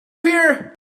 here